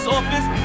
Office